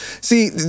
See